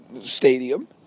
stadium